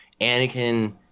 anakin